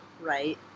right